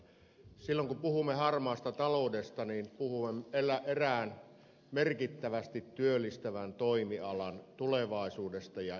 silloin kun puhumme harmaasta taloudesta puhumme erään merkittävästi työllistävän toimialan tulevaisuudesta imagosta ja maineesta